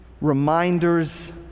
reminders